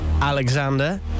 Alexander